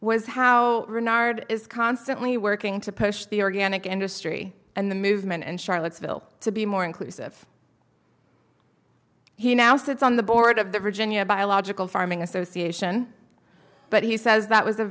was how renard is constantly working to push the organic industry and the movement in charlottesville to be more inclusive he now sits on the board of the virginia biological farming association but he says that was a